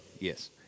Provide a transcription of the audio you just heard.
Yes